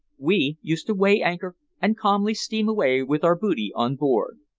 we used to weigh anchor and calmly steam away with our booty on board.